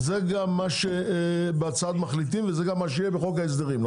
זה גם מה שבהצעת מחליטים וזה גם מה שיהיה בחוק ההסדרים,